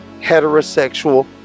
heterosexual